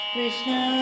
Krishna